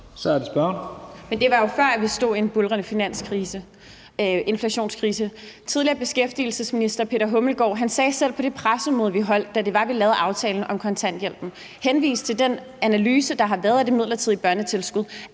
Men det var jo, før vi stod i en buldrende inflationskrise. Tidligere beskæftigelsesminister Peter Hummelgaard sagde selv på det pressemøde, vi holdt, da vi havde lavet aftalen om kontanthjælpen, hvor han henviste til den analyse, der har været af det midlertidige børnetilskud,